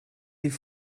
die